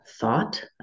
thought